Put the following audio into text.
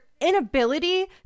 inability